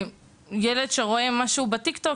ילד שרואה משהו ב- Tik-TOK,